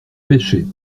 pêchais